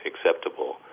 acceptable